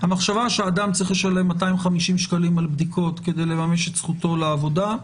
צריך לשלם 250 שקלים על בדיקות כדי לממש את זכותו לעבודה,